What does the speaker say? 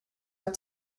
out